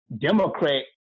Democrat